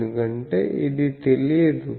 ఎందుకంటే ఇది తెలియదు